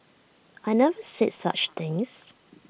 I never said such things